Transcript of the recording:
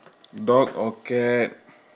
dog or cat